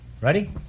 Ready